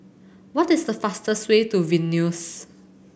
what is the fastest way to Vilnius